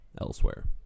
elsewhere